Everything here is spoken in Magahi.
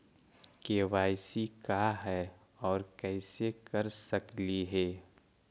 के.वाई.सी का है, और कैसे कर सकली हे?